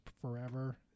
forever